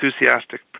enthusiastic